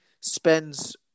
spends